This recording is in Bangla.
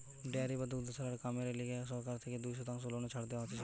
ডেয়ারি বা দুগ্ধশালার কামেরে লিগে সরকার থেকে দুই শতাংশ লোনে ছাড় দেওয়া হতিছে